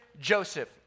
Joseph